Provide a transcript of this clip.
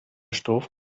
stoff